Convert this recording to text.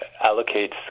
allocates